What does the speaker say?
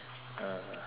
okay